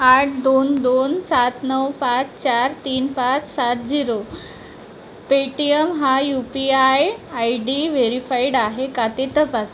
आठ दोन दोन सात नऊ पाच चार तीन पाच सात झिरो पेटीएम हा U P I ID verified आहे का ते तपासा